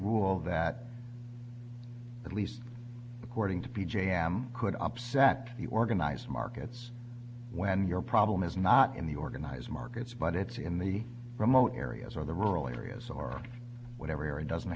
rule that at least according to p j m could upset the organized markets when your problem is not in the organized markets but it's in the remote areas or the rural areas or whatever area doesn't